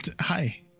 hi